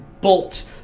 bolt